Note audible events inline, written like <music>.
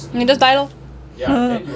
then just die lor <laughs>